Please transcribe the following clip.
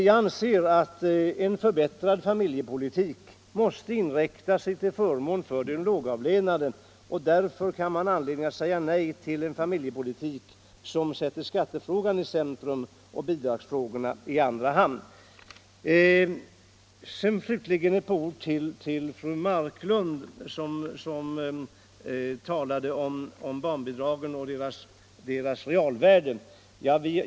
Jag anser att en förbättrad familjepolitik måste inriktas till förmån för de lågavlönade, och därför finns det anledning att säga nej till en politik som sätter skattefrågan i centrum och bidragsfrågorna i andra hand. Slutligen ett par ord till fru Marklund, som talade om barnbidragen och deras realvärde.